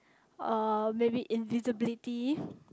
uh maybe invisibility